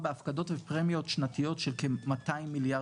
במה ההשקעות שם שלכם הולכים יותר?